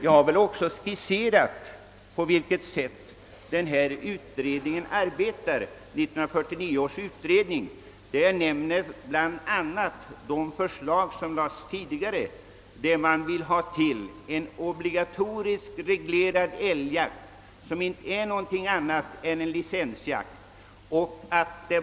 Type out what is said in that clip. Jag har även skisserat på vilket sätt 1949 års utredning arbetar och bl a. nämnt de tidigare förslagen om en obligatoriskt reglerad älgjakt, som inte är någonting annat än en licensjakt.